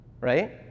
right